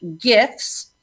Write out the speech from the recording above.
gifts